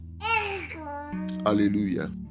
hallelujah